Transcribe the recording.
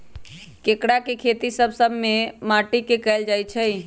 केराके खेती सभ मौसम में सभ माटि में कएल जाइ छै